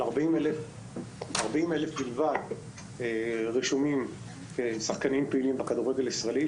של 40,000 בלבד הרשומים כשחקנים פעילים בכדורגל הישראלי,